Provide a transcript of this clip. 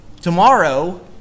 tomorrow